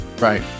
Right